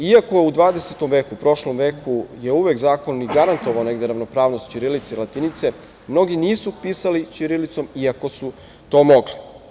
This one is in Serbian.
Iako je u 20. veku, prošlom veku, zakon uvek i garantovao ravnopravnost ćirilice i latinice, mnogi nisu pisali ćirilicom iako su to mogli.